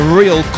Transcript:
real